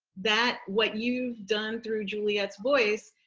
that. what you've done through juliet's voice,